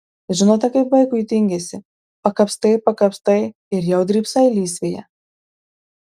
žinote kaip vaikui tingisi pakapstai pakapstai ir jau drybsai lysvėje